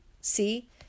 see